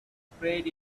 sprayed